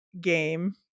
game